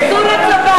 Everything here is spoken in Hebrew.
תתגייסו לצבא.